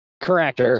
Correct